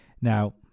now